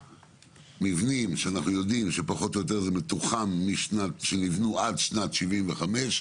של מבנים שנבנו, פחות או יותר, עד שנת 75',